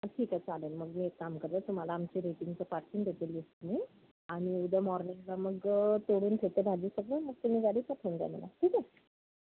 ठीक आहे चालेल मग मी एक काम करेल तुम्हाला आमची रेटिंगचं पाठवून देते लिस्ट मी आणि उद्या मॉर्निंगला मग तोडून ठेवते भाजी सगळं मग तुम्ही गाडी पाठवून द्या मला ठीक आहे